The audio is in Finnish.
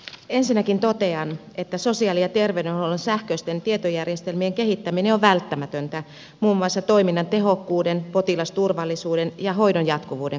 ensinnäkin totean että sosiaali ja terveydenhuollon sähköisten tietojärjestelmien kehittäminen on välttämätöntä muun muassa toiminnan tehokkuuden potilasturvallisuuden ja hoidon jatkuvuuden kannalta